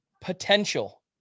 potential